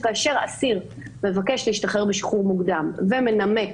שכאשר אסיר מבקש להשתחרר בשחרור מוקדם ומנמק